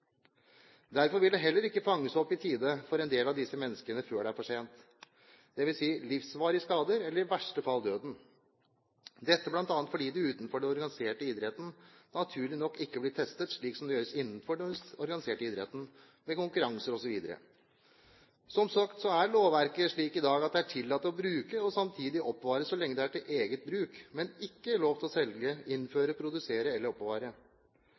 Derfor vil bruken heller ikke fanges opp i tide for en del av disse menneskene før det er for sent – dvs. gi livsvarige skader eller i verste fall bety døden. Det er bl.a. fordi det utenfor den organiserte idretten naturlig nok ikke blir testet slik som det gjøres innenfor den organiserte idretten, ved konkurranser osv. Som sagt er lovverket slik i dag at det er tillatt å bruke og samtidig oppbevare så lenge det er til eget bruk, men ikke lov å selge, innføre, produsere eller